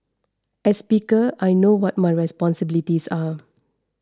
as speaker I know what my responsibilities are